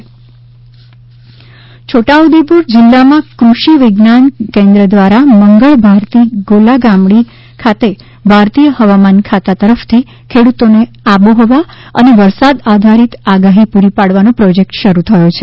આબોહવા આગાહીસેવા છોટા ઉદે પુર છોટા ઉદેપુર જિલ્લામાં ક્રષિવિજ્ઞાન કેન્દ્ર દ્વારા મંગલ ભારતી ગોલાગામડી ખાતે ભારતીય હવામાન ખાતા તરફથી ખેડૂતોને આબોહવા અને વરસાદ આધારિત આગાહી પૂરી પાડવાનો પ્રોજેકટ શરૂ થયો છે